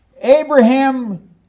Abraham